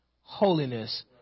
holiness